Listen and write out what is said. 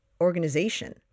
organization